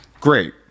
great